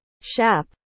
SHAP